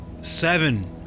seven